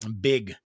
big